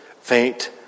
faint